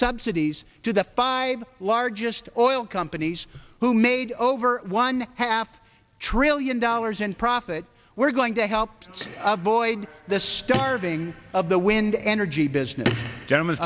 subsidies to the five largest oil companies who made over one half a trillion dollars in profit we're going to help avoid the starving of the wind energy business gentlem